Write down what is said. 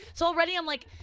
so already i'm like,